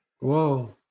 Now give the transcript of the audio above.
Whoa